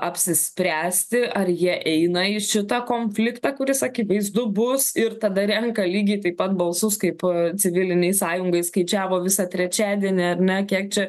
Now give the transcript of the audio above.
apsispręsti ar jie eina į šitą konfliktą kuris akivaizdu bus ir tada renka lygiai taip pat balsus kaip civilinei sąjungai skaičiavo visą trečiadienį ar ne kiek čia